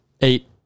Eight